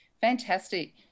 Fantastic